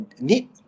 need